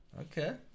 Okay